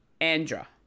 Andra